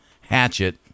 hatchet